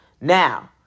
Now